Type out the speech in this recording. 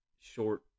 short